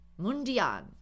Mundian